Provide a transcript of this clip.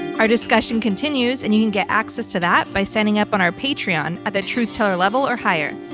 our discussion continues and you can get access to that by signing up on our patreon at the truth teller level or higher.